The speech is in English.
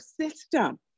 system